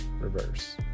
Reverse